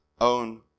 own